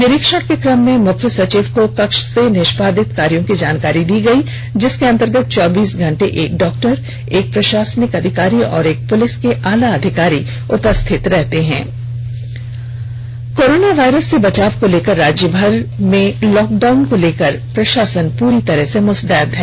निरीक्षण के क्रम में मुख्य सचिव को कक्ष से निष्पादित कार्यो की जानकारी दी गई जिसके अन्तर्गत चौबीस घंटे एक डॉक्टर एक प्रषासनिक अधिकारी और एक पुलिस के आलाधिकारी उपस्थित रहते हैं कोरोना वायरस से बचाव को लेकर राज्य भर में लॉकडाउन को लेकर प्रषासन प्ररी तरह से मुस्तैद है